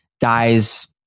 guys